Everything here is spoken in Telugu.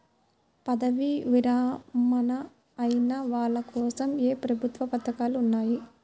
పదవీ విరమణ అయిన వాళ్లకోసం ఏ ప్రభుత్వ పథకాలు ఉన్నాయి?